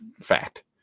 fact